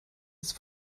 ist